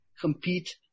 compete